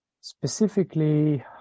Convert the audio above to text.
specifically